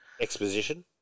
exposition